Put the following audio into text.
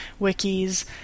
wikis